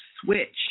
Switch